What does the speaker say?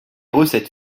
recettes